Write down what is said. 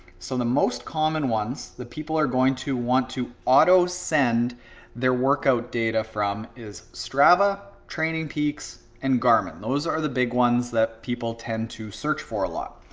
so the most common ones that people are going to want to auto send their workout data from is strava, training peaks, and garmin. those are the big ones that people tend to search for a lot.